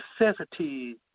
necessity